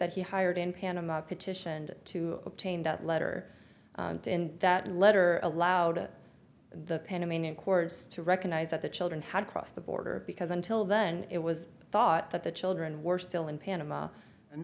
that he hired in panama petitioned to obtain that letter in that letter aloud to the panamanian courts to recognize that the children had crossed the border because until then it was thought that the children were still in panama and